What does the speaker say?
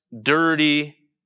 dirty